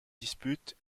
dispute